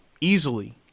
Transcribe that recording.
easily